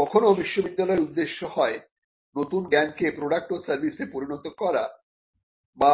কখনো বিশ্ববিদ্যালয়ের উদ্দেশ্য হয় নতুন জ্ঞানকে প্রোডাক্ট ও সার্ভিসে পরিণত করা বা